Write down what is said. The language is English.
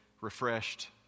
refreshed